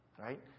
Right